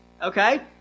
okay